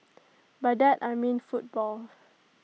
by that I mean football